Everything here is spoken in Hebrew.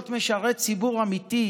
להיות משרת ציבור אמיתי,